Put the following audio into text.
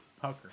Pucker